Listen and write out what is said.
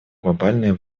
глобальные